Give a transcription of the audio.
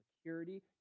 security